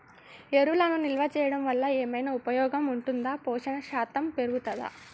ఎరువులను నిల్వ చేయడం వల్ల ఏమైనా ఉపయోగం ఉంటుందా పోషణ శాతం పెరుగుతదా?